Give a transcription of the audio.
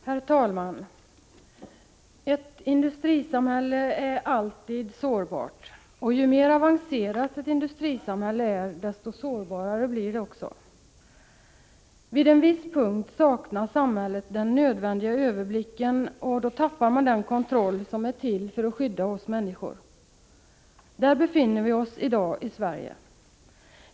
Herr talman! Ett industrisamhälle är alltid sårbart. Och ju mer avancerat ett industrisamhälle är, desto sårbarare blir det. Vid en viss punkt saknar samhället den nödvändiga överblicken, och då tappar man den kontroll som är till för att skydda oss människor. Där befinner vi oss i dag i Sverige.